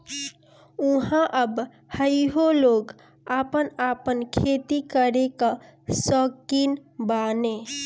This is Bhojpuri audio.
ऊहाँ अबहइयो लोग आपन आपन खेती करे कअ सौकीन बाने